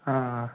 हा